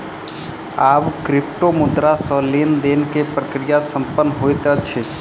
आब क्रिप्टोमुद्रा सॅ लेन देन के प्रक्रिया संपन्न होइत अछि